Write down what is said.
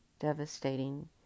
Devastating